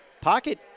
Pocket